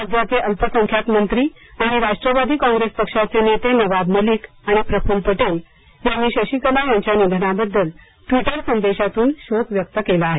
राज्याचे अल्पसंख्याक मंत्री आणि राष्ट्रवादी कोन्ग्रेस पक्षाचे नेते नवाब मलिक आणि प्रफुल पटेल यांनी शशिकला यांच्या निधनाबद्दल ट्विटर संदेशातून शोक व्यक्त केला आहे